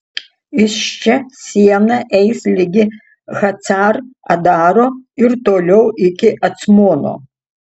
iš čia siena eis ligi hacar adaro ir toliau iki acmono